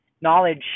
knowledge